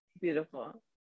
beautiful